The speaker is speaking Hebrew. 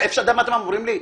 אתם יודעים מה אתם אומרים לי?